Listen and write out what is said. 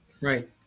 right